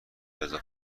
اضافه